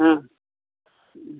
हँ